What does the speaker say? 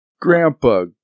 Grandpa